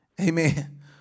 Amen